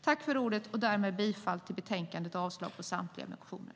Jag yrkar därmed bifall till utskottets förslag i betänkandet och avslag på samtliga motioner.